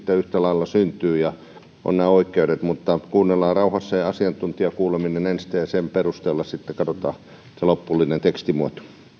yhtä lailla syntyvät ja on ne oikeudet mutta kuunnellaan rauhassa asiantuntijakuuleminen ensin ja sen perusteella sitten katsotaan se lopullinen tekstimuoto